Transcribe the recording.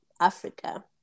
Africa